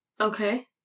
Okay